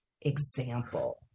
example